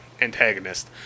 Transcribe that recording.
antagonist